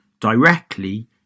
directly